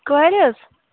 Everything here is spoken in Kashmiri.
گٲڑۍ حظ